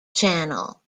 channel